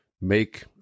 make